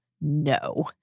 no